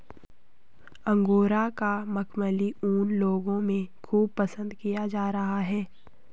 angora का मखमली ऊन लोगों में खूब पसंद किया जा रहा है